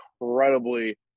incredibly